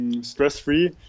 stress-free